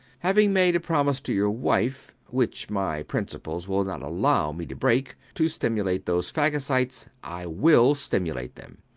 having made a promise to your wife, which my principles will not allow me to break, to stimulate those phagocytes, i will stimulate them.